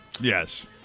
yes